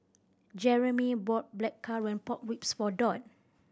Jeramy bought Blackcurrant Pork Ribs for Dot